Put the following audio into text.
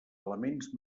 elements